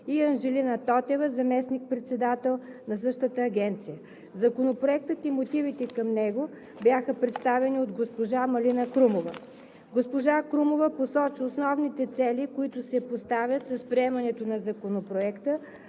и Анжелина Тотева – заместник-председател на същата агенция. Законопроектът и мотивите към него бяха представени от госпожа Малина Крумова. Госпожа Крумова посочи основните цели, които се поставят с приемането на Законопроекта,